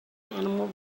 animal